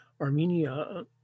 Armenia